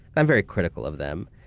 i'm very critical of them,